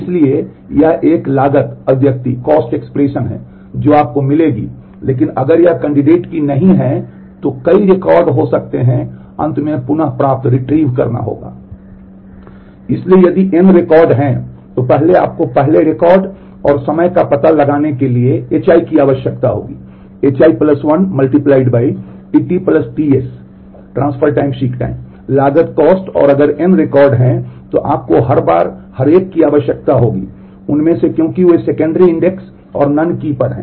इसलिए यदि n record हैं तो पहले आपको पहले रिकॉर्ड और समय का पता लगाने के लिए hi की आवश्यकता होगी पर हैं